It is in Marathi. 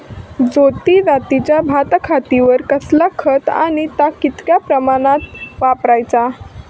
ज्योती जातीच्या भाताखातीर कसला खत आणि ता कितक्या प्रमाणात वापराचा?